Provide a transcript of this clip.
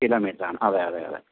kilometre ആണ് അതെയതെ അതെ